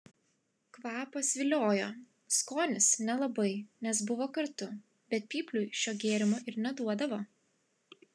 kvapas viliojo skonis nelabai nes buvo kartu bet pypliui šio gėrimo ir neduodavo